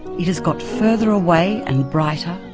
it has got further away and brighter,